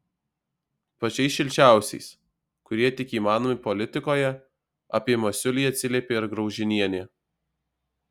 pačiais šilčiausiais kurie tik įmanomi politikoje apie masiulį atsiliepė ir graužinienė